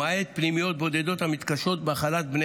למעט פנימיות בודדות המתקשות בהכלת בני